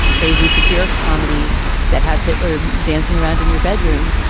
crazy satirical comedy that has hitler dancing around in your bedroom.